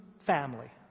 family